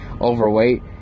overweight